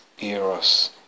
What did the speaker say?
eros